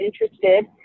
interested